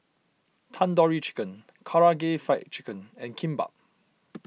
Tandoori Chicken Karaage Fried Chicken and Kimbap